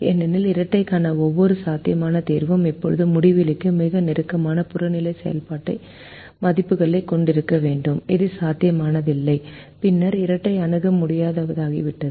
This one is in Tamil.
ஏனெனில் இரட்டைக்கான ஒவ்வொரு சாத்தியமான தீர்வும் இப்போது முடிவிலிக்கு மிக நெருக்கமான புறநிலை செயல்பாட்டு மதிப்புகளைக் கொண்டிருக்க வேண்டும் அது சாத்தியமில்லை பின்னர் இரட்டை அணுக முடியாததாகிவிடும்